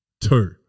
Two